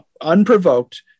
unprovoked